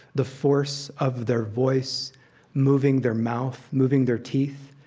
the force of their voice moving their mouth, moving their teeth,